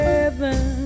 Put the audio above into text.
Heaven